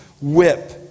whip